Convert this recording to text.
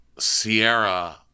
Sierra